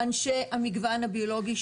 אנשי המגוון הביולוגי,